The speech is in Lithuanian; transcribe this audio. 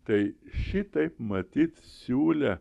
tai šitaip matyt siūlė